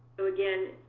so again,